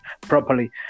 properly